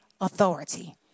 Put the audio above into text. authority